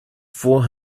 four